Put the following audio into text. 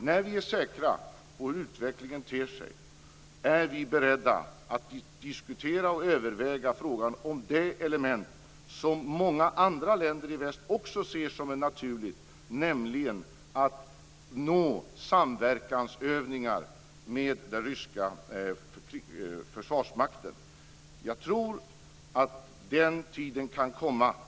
När vi är säkra på hur utvecklingen ter sig är vi beredda att diskutera och överväga frågan om det element som många andra länder i väst också ser som naturligt, nämligen att nå samverkansövningar med den ryska försvarsmakten. Jag tror att den tiden kan komma.